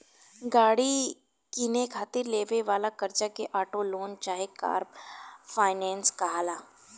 गाड़ी किने खातिर लेवे वाला कर्जा के ऑटो लोन चाहे कार फाइनेंस कहाला